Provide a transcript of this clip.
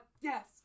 yes